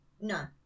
No